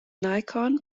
nikon